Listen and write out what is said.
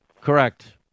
Correct